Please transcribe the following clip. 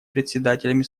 председателями